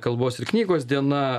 kalbos ir knygos diena